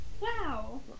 Wow